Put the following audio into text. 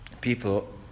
People